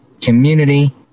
community